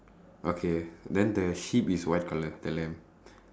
okay then the sheep is white colour the lamb